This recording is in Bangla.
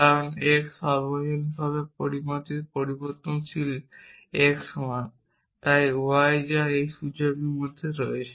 কারণ x সর্বজনীনভাবে পরিমাপিত পরিবর্তনশীল x 1 তাই এই y যা সুযোগের মধ্যে রয়েছে